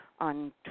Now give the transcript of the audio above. on